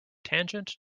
tangent